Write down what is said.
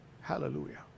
Hallelujah